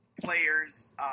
players